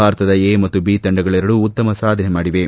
ಭಾರತದ ಎ ಮತ್ತು ಬಿ ತಂಡಗಳೆರಡು ಉತ್ತಮ ಸಾಧನೆ ಮಾಡಿವೆ